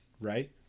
right